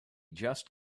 just